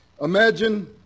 Imagine